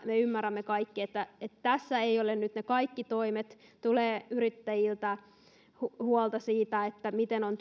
me ymmärrämme kaikki että tässä eivät ole nyt ne kaikki toimet yrittäjiltä tulee huolta siitä miten on